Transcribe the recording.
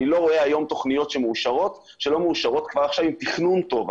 אני לא רואה היום תכניות שלא מאושרות כבר עכשיו עם תכנון טוב.